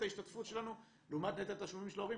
ההשתתפות שלנו לעומת נטל התשלומים של ההורים.